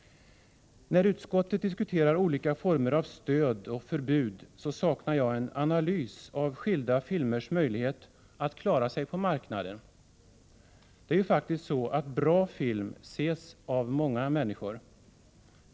När utskottet diskuterar olika former av stöd och förbud, saknar jag en analys av skilda filmers möjlighet att klara sig på marknaden. Det är ju faktiskt så att bra film ses av många.